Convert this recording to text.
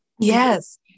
Yes